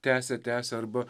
tęsia tęsia arba